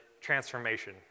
transformation